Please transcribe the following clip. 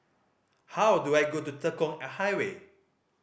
how do I go to Tekong Highway